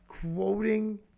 Quoting